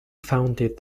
founded